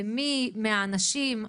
למי מהאנשים,